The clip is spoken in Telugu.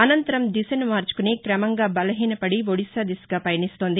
అనంతరం దిశను మార్చుకుని క్రమంగా బలహీనపడి ఒడిశా దిశగా పయనిస్తోంది